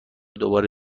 دوباره